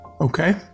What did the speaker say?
Okay